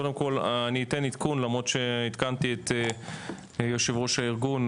קודם כל אני אתן עדכון למרות שעדכנתי את יו"ר הארגון,